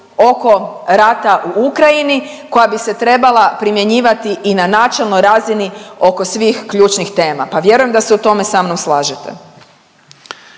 oko rata u Ukrajini koja bi se trebala primjenjivati i na načelnoj razini oko svih ključnih tema. Pa vjerujem da se u tome sa mnom slažete.